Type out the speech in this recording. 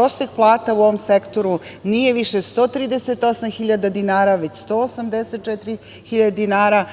prosek plata u ovom sektoru nije više 138 hiljada dinara, već 184 hiljade dinara,